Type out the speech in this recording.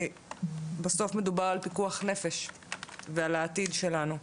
בסוף מדובר על פיקוח נפש ועל העתיד שלנו,